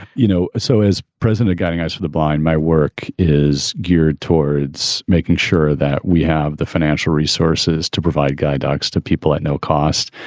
you know. so as president of guiding us for the blind, my work is geared towards making sure that we have the financial resources to provide guide dogs to people at no cost.